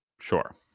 Sure